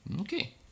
Okay